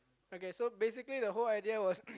okay so basically the whole idea was